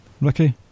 Ricky